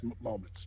moments